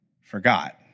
forgot